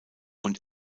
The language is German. und